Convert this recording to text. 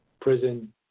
prison